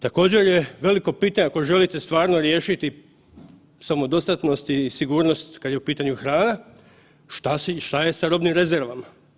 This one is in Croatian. Također je veliko pitanje ako želite stvarno riješiti samodostatnosti i sigurnost kad je u pitanju hrana, šta je sa robnim rezervama?